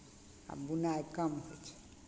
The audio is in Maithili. आब बुनाइ कम होइ छै